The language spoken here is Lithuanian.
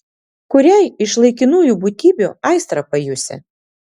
kuriai iš laikinųjų būtybių aistrą pajusi